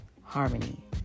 harmony